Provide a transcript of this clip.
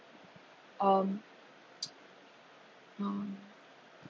um uh